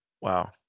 Wow